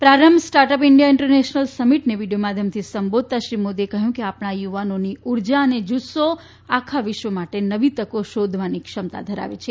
પ્રારંભ startup India international સમીટને video માધ્યમથી સંબોધતાં શ્રી મોદીએ કહ્યું કે આપણા યુવાનોની ઉર્જા અને જુસ્સો આખા વિશ્વ માટે નવી તકો શોધવાની ક્ષમતા ધરાવે છે